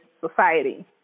society